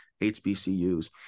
HBCUs